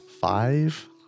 Five